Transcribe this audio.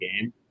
game